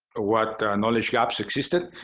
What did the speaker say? ah what knowledge gaps existed.